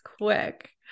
quick